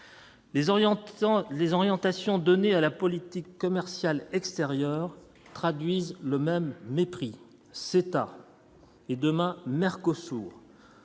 les orientations données à la politique commerciale extérieure traduisent le même mépris et demain Mercosur